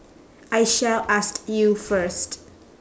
I shall ask you first